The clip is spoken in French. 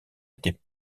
était